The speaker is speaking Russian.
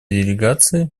делегации